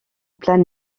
plein